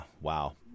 wow